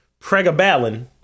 Pregabalin